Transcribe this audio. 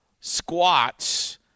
squats